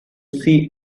see